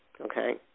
Okay